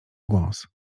głos